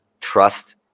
trust